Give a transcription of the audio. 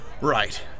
Right